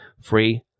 free